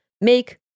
Make